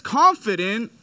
confident